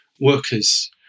workers